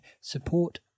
support